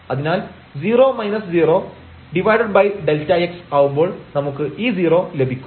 അതിനാൽ 0 0Δx ആവുമ്പോൾ നമുക്ക് ഈ 0 ലഭിക്കും